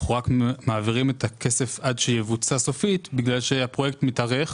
אנחנו רק מעבירים את הכסף עד שיבוצע סופית בגלל שהפרויקט מתארך